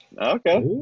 Okay